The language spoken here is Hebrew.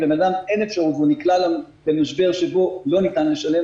אם לבן-אדם אין אפשרות והוא נקלע למשבר שבו לא ניתן לשלם,